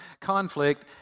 conflict